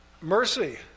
Mercy